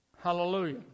Hallelujah